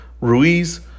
Ruiz